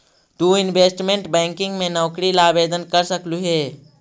तु investment banking में नौकरी ला आवेदन कर सकलू हे